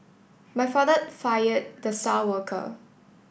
my father fired the star worker